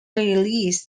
released